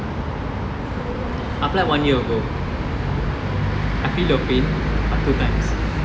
I applied one year ago I feel your pain but two times